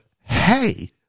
hey